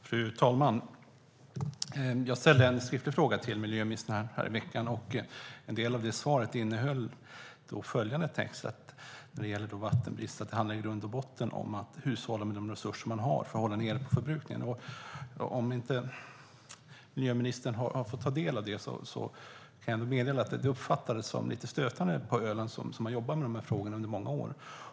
Fru talman! Jag ställde en skriftlig fråga till miljöministern nu i veckan. En del av svaret innehöll att detta med vattenbrist i grund och botten handlar om att hushålla med de resurser man har för att hålla nere förbrukningen. Om ministern ännu inte har fått ta del av det kan jag meddela att det uppfattades som lite stötande på Öland, där man har jobbat med de här frågorna under många år.